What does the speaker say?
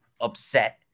upset